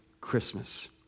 Christmas